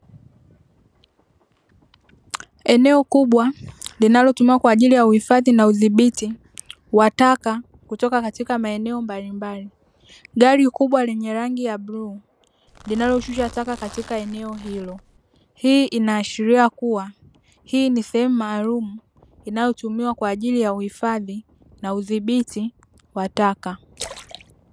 Eneo kubwa linalotumiwa kwa ajili ya uhifadhi na udhibiti wa taka kutoka katika maeneo mbalimbali, gari kubwa lenye rangi ya bluu linaloshusha taka katika eneo hilo. Hii inaashiria kuwa hii ni sehemu maalumu inayotumiwa kwa ajili ya uhifadhi na udhibiti wa taka.